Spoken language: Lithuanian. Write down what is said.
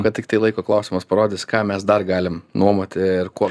bet tiktai laiko klausimas parodys ką mes dar galim nuomoti ir ko